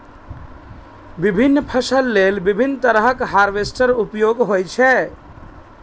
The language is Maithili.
विभिन्न फसल लेल विभिन्न तरहक हार्वेस्टर उपयोग होइ छै